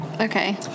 Okay